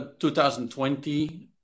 2020